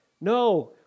No